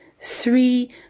three